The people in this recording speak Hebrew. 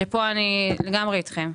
שפה אני לגמרי איתכם,